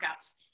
workouts